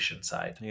side